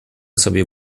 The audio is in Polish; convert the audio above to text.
sobie